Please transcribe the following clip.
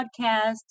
podcast